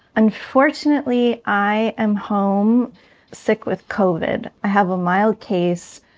unfortunately i am home sick with covid. i have a mild case.